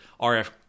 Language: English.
RF